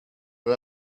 how